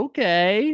Okay